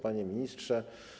Panie Ministrze!